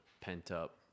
pent-up